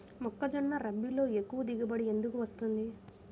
మొక్కజొన్న రబీలో ఎక్కువ దిగుబడి ఎందుకు వస్తుంది?